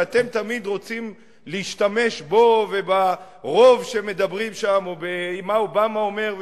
שאתם תמיד רוצים להשתמש בו ובַרוב שמדברים שם או מה אובמה אומר,